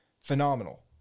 phenomenal